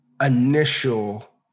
initial